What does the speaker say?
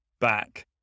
back